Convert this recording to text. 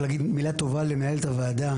רק להגיד מילה טובה למנהלת הוועדה,